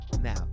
now